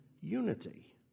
unity